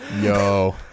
Yo